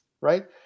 right